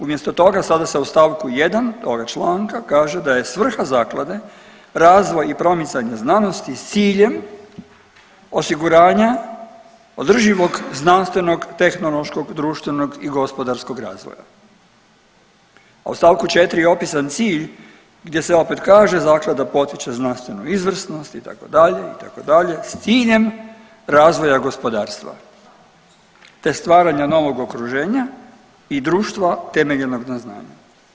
Umjesto toga sada se u stavku 1. toga članka kaže da je svrha zaklade razvoj i promicanje znanosti s ciljem osiguranja održivog znanstvenog, tehnološkog, društvenog i gospodarskog razvoja, a u stavku 4. je opisan cilj gdje se opet kaže zaklada potiče znanstvenu izvrsnost itd. itd. s ciljem razvoja gospodarstva te stvaranja novog okruženja i društva temeljenog na znanju.